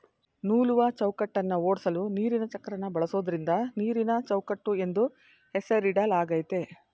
ನೂಲುವಚೌಕಟ್ಟನ್ನ ಓಡ್ಸಲು ನೀರಿನಚಕ್ರನ ಬಳಸೋದ್ರಿಂದ ನೀರಿನಚೌಕಟ್ಟು ಎಂದು ಹೆಸರಿಡಲಾಗಯ್ತೆ